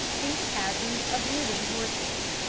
phantasms of living horses